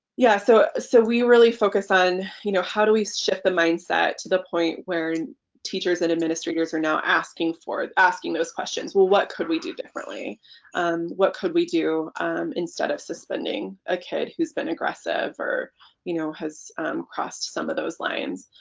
yeah so so we really focus on you know how do we shift the mindset to the point where teachers and administrators are now asking those questions. well what could we do differently um what could we do instead of suspending a kid who's been aggressive or you know has crossed some of those lines?